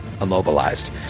immobilized